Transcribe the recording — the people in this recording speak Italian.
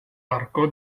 arco